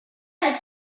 aimed